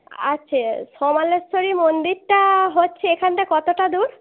আছে সমালেশ্বরী মন্দিরটা হচ্চে এখান থেকে কতটা দূর